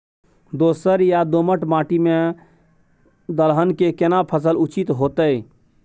दोरस या दोमट माटी में दलहन के केना फसल उचित होतै?